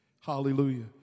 Hallelujah